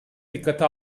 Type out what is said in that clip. dikkate